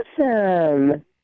Awesome